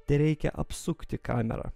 tereikia apsukti kamerą